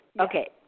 Okay